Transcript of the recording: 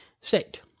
State